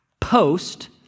post